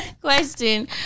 Question